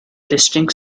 distinct